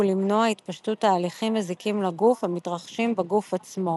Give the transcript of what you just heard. הוא למנוע התפשטות תהליכים מזיקים לגוף המתרחשים בגוף עצמו.